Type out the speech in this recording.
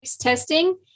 testing